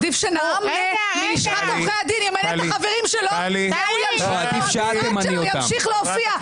עדיף שמלשכת עורכי הדין ימנה את החברים שלו -- עדיף שאת תמני אותם...